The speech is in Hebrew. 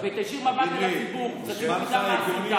ותישיר מבט לציבור, שהציבור ידע מה עשית.